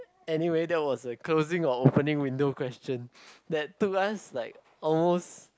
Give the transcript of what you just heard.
anyway that was a closing or opening window question that two us like almost